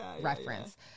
reference